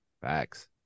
Facts